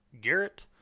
garrett